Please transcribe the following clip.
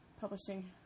publishing